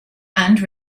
and